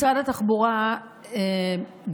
משרד התחבורה דרש,